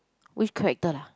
which character lah